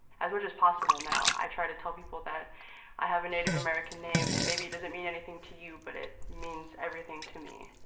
as much as possible now, i try to tell people that i have a native american name, and maybe it doesn't mean anything to you, but it means everything to me.